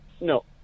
No